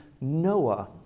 Noah